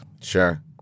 Sure